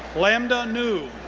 lamda nu.